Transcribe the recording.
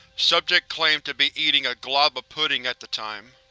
subject claimed to be eating a glob a pudding at the time.